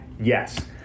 Yes